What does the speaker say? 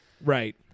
Right